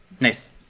Nice